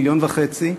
מיליון וחצי.